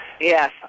Yes